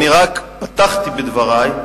אני רק פתחתי בדברי,